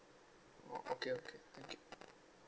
oh okay okay thank you